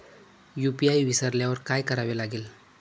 UPI विसरल्यावर काय करावे लागेल?